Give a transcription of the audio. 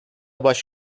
baş